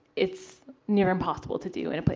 it's near impossible to do and it. but